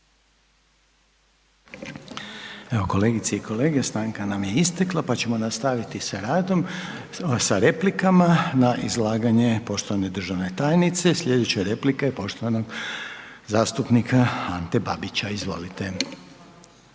Evo kolegice i kolege, stanka nam je istekla pa ćemo nastaviti sa radom, sa replikama na izlaganje poštovane državne tajnice. Sljedeća replika je poštovanog zastupnika Ante Babića, izvolite.